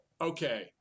okay